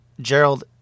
Gerald